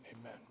Amen